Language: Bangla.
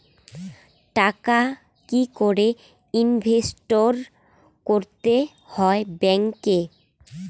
টাকা কি করে ইনভেস্ট করতে হয় ব্যাংক এ?